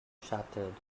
shattered